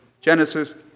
Genesis